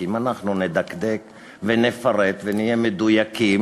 כי אם אנחנו נדקדק ונפרט ונהיה מדויקים